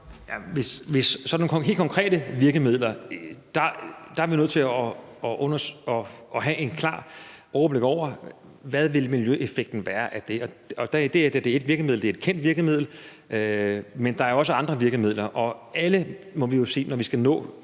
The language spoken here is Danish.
til sådan nogle helt konkrete virkemidler er vi nødt til at have et klart overblik over, hvad miljøeffekten af det vil være. Og der er det her et kendt virkemiddel, men der er jo også andre virkemidler, og vi må se på dem alle, hvis vi skal nå